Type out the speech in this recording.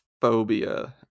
phobia